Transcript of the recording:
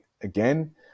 again